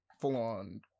full-on